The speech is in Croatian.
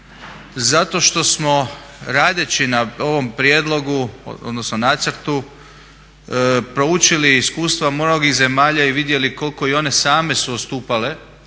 zato što smo radeći na ovom prijedlogu, odnosno nacrtu proučili iskustva mnogih zemalja i vidjeli koliko i one same su odstupale.